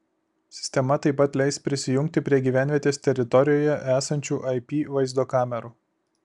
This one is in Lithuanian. sistema taip pat leis prisijungti prie gyvenvietės teritorijoje esančių ip vaizdo kamerų